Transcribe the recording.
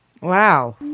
Wow